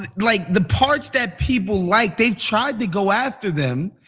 ah like the parts that people like they've tried to go after them.